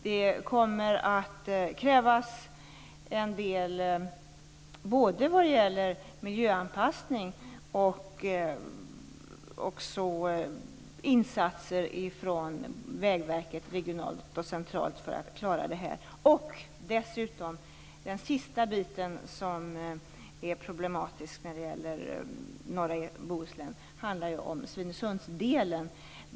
Det kommer att krävas en del miljöanpassningar och insatser från Vägverket regionalt och centralt för att klara detta. Den sista problematiska biten i norra Bohuslän är ju Svinesundsdelen.